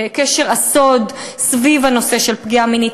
שקשר הסוד סביב הנושא של פגיעה מינית